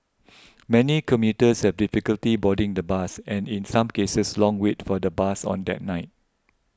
many commuters had difficulty boarding the bus and in some cases long wait for the bus on that night